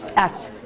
s.